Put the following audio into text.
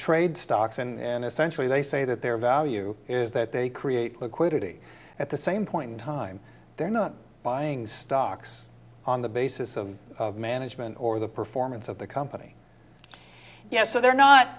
trade stocks and essentially they say that their value is that they create liquidity at the same point in time they're not buying stocks on the basis of management or the performance of the company yes so they're not